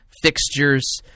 fixtures